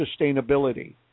sustainability